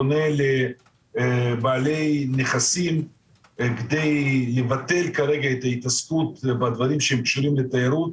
פונה לבעלי נכסים כדי לבטל כרגע את ההתעסקות בדברים שקשורים לתיירות,